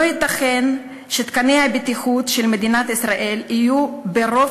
לא ייתכן שתקני הבטיחות של מדינת ישראל יהיו ברוב